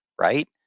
Right